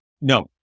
No